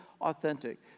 authentic